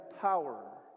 power